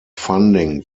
funding